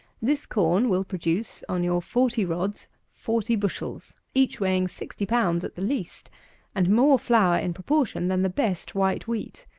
this corn will produce, on your forty rods, forty bushels, each weighing sixty lbs. at the least and more flour, in proportion, than the best white wheat.